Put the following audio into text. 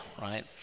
right